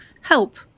help